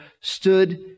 stood